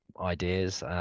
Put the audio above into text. ideas